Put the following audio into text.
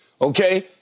okay